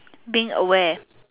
being aware